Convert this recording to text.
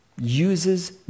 uses